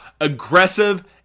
aggressive